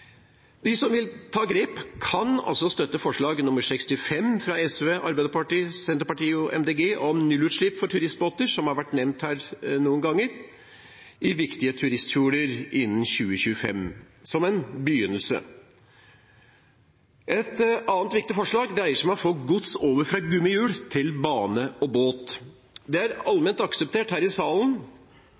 De som vil ta grep, kan som en begynnelse støtte forslag nr. 65, fra SV, Arbeiderpartiet, Senterpartiet og Miljøpartiet De Grønne, om nullutslipp for turistbåter – som har vært nevnt her noen ganger – i viktige turistfjorder innen 2025. Et annet viktig forslag dreier seg om å få gods over fra gummihjul til bane og båt. Det er allment akseptert her i salen